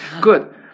good